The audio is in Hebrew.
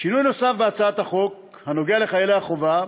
שינוי נוסף בהצעת החוק הנוגע לחיילי החובה